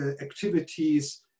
activities